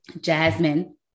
Jasmine